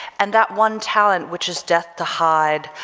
and that one talent, which is death, to hide,